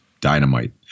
dynamite